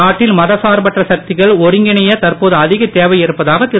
நாட்டில் மதசார்பற்ற சக்திகள் ஒருங்கிணைய தற்போது அதிக தேவை இருப்பதாக திரு